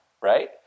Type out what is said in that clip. right